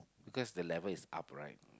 because the level is up right